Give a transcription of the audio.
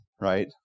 right